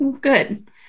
good